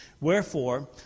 Wherefore